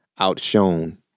outshone